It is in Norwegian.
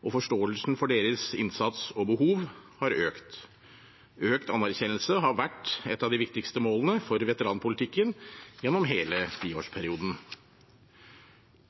og forståelsen for deres innsats og behov har økt. Økt anerkjennelse har vært et av de viktigste målene for veteranpolitikken gjennom hele tiårsperioden.